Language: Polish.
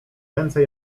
ręce